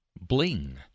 Bling